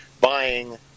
buying